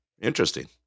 interesting